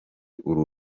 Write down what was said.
uru